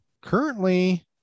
currently